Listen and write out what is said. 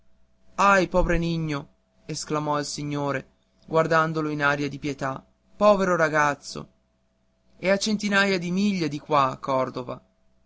pobre nio esclamò il signore guardandolo in aria di pietà povero ragazzo è a centinaia di miglia di qua cordova